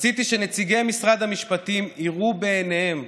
רציתי שנציגי משרד המשפטים יראו בעיניהם,